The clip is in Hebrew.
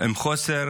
עם חוסר